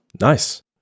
Nice